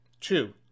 Two